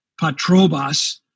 Patrobas